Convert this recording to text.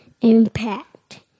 impact